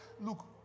Look